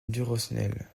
durosnel